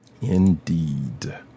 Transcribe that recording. Indeed